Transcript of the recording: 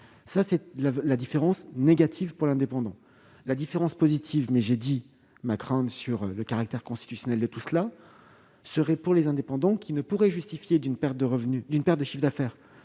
Voilà la différence négative pour les indépendants. La différence positive, mais j'ai exprimé ma crainte sur le caractère constitutionnel d'une telle mesure, serait pour les indépendants qui ne pourraient justifier d'une perte de chiffre d'affaires